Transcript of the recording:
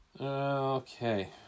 Okay